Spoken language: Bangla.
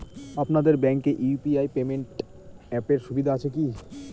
আপনাদের ব্যাঙ্কে ইউ.পি.আই পেমেন্ট অ্যাপের সুবিধা আছে কি?